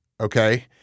okay